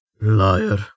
Liar